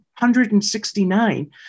169